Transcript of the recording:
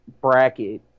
bracket